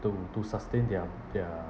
to to sustain their their